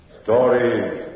stories